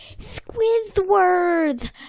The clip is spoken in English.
Squidward